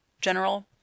general